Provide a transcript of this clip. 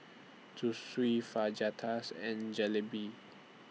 Zosui Fajitas and Jalebi